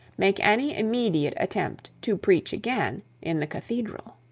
make any immediate attempt to preach again in the cathedral.